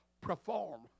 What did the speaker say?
perform